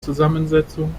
zusammensetzung